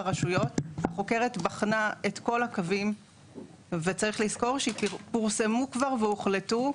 החוקרת בחנה את כל הקווים וצריך לזכור שפורסמו כבר והוחלטו,